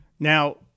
Now